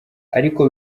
ariko